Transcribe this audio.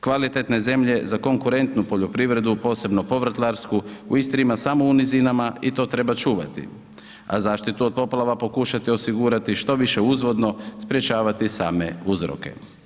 Kvalitetne zemlje za konkurentnu poljoprivredu, posebnu povrtlarsku, u Istri ima samo u nizinama i to treba čuvati a zaštitu od poplava pokušati osigurati štoviše uzvodno, sprječavati same uzroke.